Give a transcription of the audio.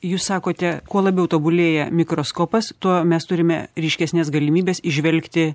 jūs sakote kuo labiau tobulėja mikroskopas tuo mes turime ryškesnes galimybes įžvelgti